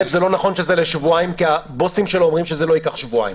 לא נכון שזה לשבועיים כי הבוסים שלו אומרים שזה לא ייקח שבועיים.